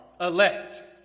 elect